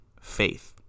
faith